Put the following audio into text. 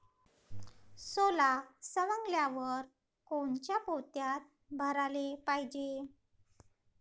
सोला सवंगल्यावर कोनच्या पोत्यात भराले पायजे?